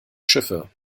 schiffe